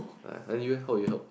uh then you eh how you help